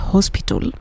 Hospital